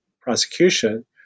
prosecution